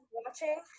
watching